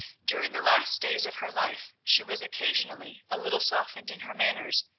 during the last days of her life she was occasionally a little softened in her manners,